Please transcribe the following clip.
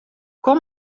kom